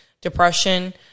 depression